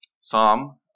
Psalm